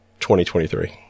2023